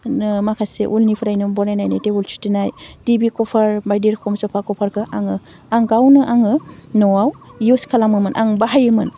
होनो माखासे उननिफ्रायनो बनायनायनि देवोल सुथेनाय टिभि कभार बायदि रोखोम सफा कभारखो आङो आं गावनो आङो न'वाव इउस खालामोमोन आं बाहायोमोन